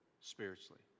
spiritually